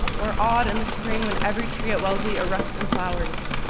or awed in the spring when every tree at wellesley erupts in flowers,